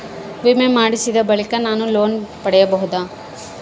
ವಿಮೆ ಮಾಡಿಸಿದ ಬಳಿಕ ನಾನು ಲೋನ್ ಪಡೆಯಬಹುದಾ?